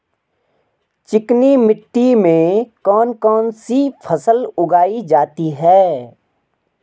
चिकनी मिट्टी में कौन कौन सी फसल उगाई जाती है?